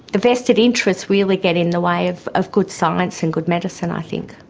the vested interests really get in the way of of good science and good medicine i think.